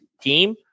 team